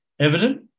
Evident